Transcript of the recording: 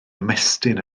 ymestyn